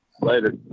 Later